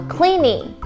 Cleaning，